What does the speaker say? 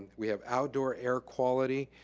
we have outdoor air quality,